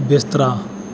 ਬਿਸਤਰਾ